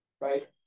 right